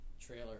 trailer